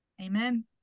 Amen